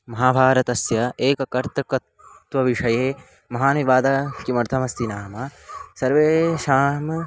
महाभारतस्य एककर्तकत्वविषये महान् विवादः किमर्थमस्ति नाम सर्वेषाम्